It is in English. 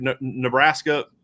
Nebraska